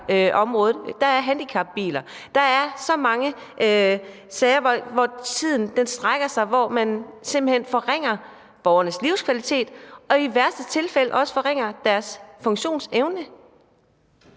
er der handicapbiler, der er så mange sager, der tidsmæssigt trækker ud, så man forringer borgernes livskvalitet, og i værste tilfælde forringer man også deres funktionsevne.